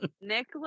Nick